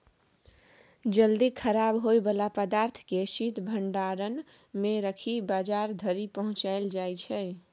जल्दी खराब होइ बला पदार्थ केँ शीत भंडारण मे राखि बजार धरि पहुँचाएल जाइ छै